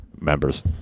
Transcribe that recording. members